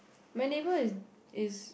my neighbour is is